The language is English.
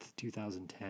2010